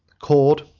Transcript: cold,